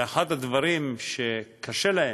ואחד הדברים שקשה להן,